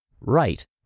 right